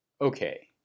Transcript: Okay